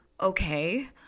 okay